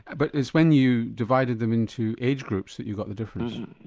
but it's when you divided them into age groups that you got the difference?